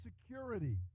security